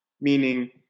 Meaning